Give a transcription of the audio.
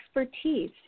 expertise